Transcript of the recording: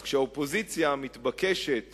אז כשאופוזיציה מתבקשת